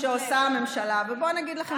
עד שסוף-סוף נכנסה ממשלה אחרת